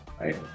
right